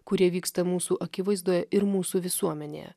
kurie vyksta mūsų akivaizdoje ir mūsų visuomenėje